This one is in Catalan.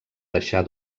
deixar